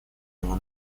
его